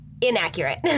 inaccurate